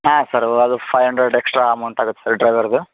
ಹಾಂ ಸರ್ ಅವ್ ಅದು ಫೈವ್ ಹಂಡ್ರೆಡ್ ಎಕ್ಸ್ಟ್ರಾ ಅಮೌಂಟ್ ಆಗತ್ತೆ ಸರ್ ಡ್ರೈವರ್ದು